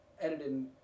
Edited